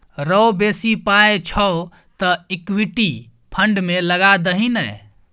रौ बेसी पाय छौ तँ इक्विटी फंड मे लगा दही ने